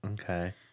Okay